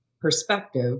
perspective